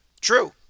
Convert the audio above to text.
True